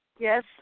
Yes